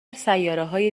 سیارههای